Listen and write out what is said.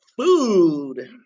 food